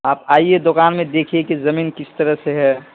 آپ آئیے دکان میں دیکھیے کہ زمین کس طرح سے ہے